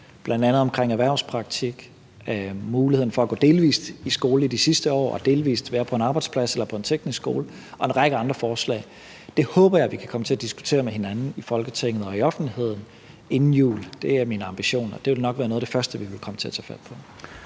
bl.a. omkring erhvervspraktik, muligheden for at gå delvis i skole de sidste år og delvis være på en arbejdsplads eller på en teknisk skole, og en række andre forslag. Det håber jeg vi kan komme til at diskutere med hinanden i Folketinget og i offentligheden inden jul. Det er min ambition, og det vil nok være noget af det første, vi vil komme til at tage fat på.